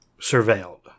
surveilled